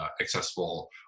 accessible